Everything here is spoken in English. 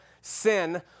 sin